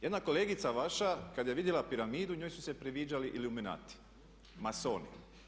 Jedna kolegica vaša kad je vidjela piramidu njoj su se priviđali iluminati, masoni.